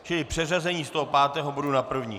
Čili přeřazení z toho pátého bodu na první.